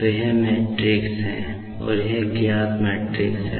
तो यह विशेष मैट्रिक्स है